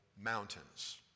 mountains